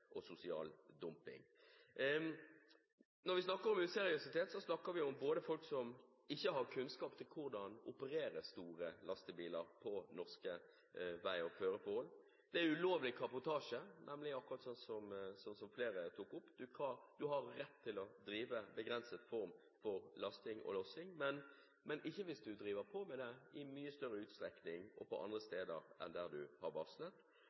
og sosial dumping. Når vi snakker om useriøsitet, snakker vi både om folk som ikke har kunnskap om hvordan operere store lastebiler på norske vei- og føreforhold, og om ulovlig kabotasje, akkurat som flere tok opp. En har rett til å drive en begrenset form for lasting og lossing, men ikke hvis en driver på med det i mye større utstrekning, og på andre steder, enn en har